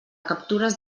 captures